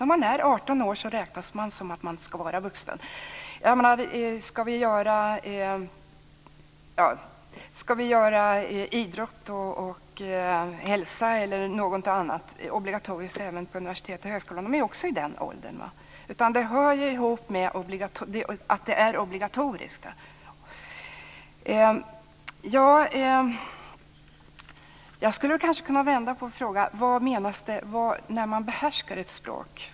När man är 18 år räknas man som vuxen. Ska vi då göra idrott och hälsa eller något annat obligatoriskt även på universitet och högskolor? Det här hör ju ihop med att det är obligatoriskt. Jag skulle kanske kunna vända på saken och fråga: Vad menas med att behärska ett språk?